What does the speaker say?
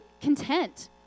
content